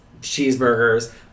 cheeseburgers